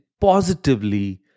positively